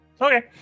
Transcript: Okay